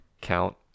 count